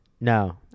No